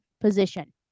position